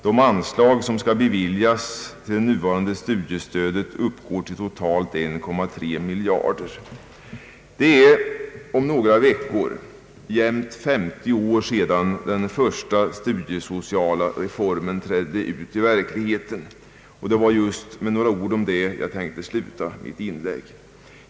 De anslag som skall beviljas till det nuvarande studiestödet uppgår till totalt 1,3 miljard kronor. Det är om några veckor jämnt 50 år sedan den första studiesociala reformen trädde ut i verkligheten, och det är med några ord härom som jag vill avsluta mitt inlägg.